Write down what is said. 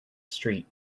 street